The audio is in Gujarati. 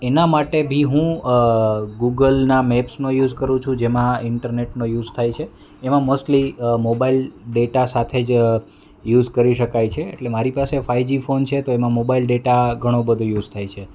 એનાં માટે બી હું ગુગલના મેપ્સનો યુઝ કરું છું જેમાં ઈન્ટરનેટનો યુઝ થાય છે એમાં મોસ્ટલી મોબાઈલ ડેટા સાથે જ યુઝ કરી શકાય છે એટલે મારી પાસે ફાઈજી ફોન છે તો એમાં મોબાઈલ ડેટા ઘણો બધો યુઝ થાય છે